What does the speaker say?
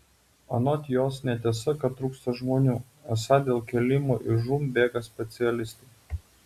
anot jos netiesa kad trūksta žmonių esą dėl kėlimo iš žūm bėga specialistai